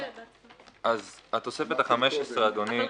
התוספת ה-15, אדוני,